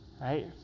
Right